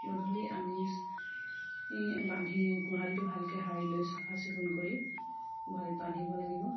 গধূলি আনি বান্ধি গোহালিটো ভালকৈ সাৰি লৈ চাফ চিকুণ কৰি গোহালিত বান্ধিব লাগিব